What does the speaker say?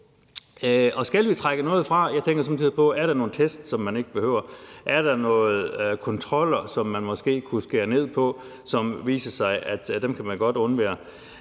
skal vi trække noget fra, tænker jeg somme tider på, om der er nogle test, som vi ikke behøver, om der er nogle kontroller, som man måske kunne skære ned på, og som viser sig man godt kan undvære.